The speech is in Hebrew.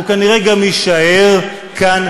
והוא כנראה גם יישאר כאן,